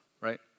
right